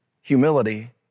humility